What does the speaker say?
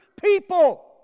people